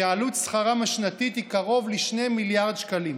שעלות שכרם השנתית היא קרוב ל-2 מיליארד שקלים.